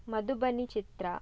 Madhubani Chitra